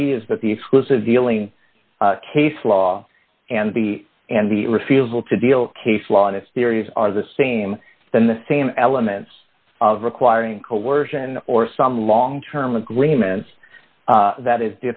believes that the exclusive dealing case law and b and the refusal to deal case law and its theories are the same then the same elements of requiring coersion or some long term agreements that is